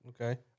Okay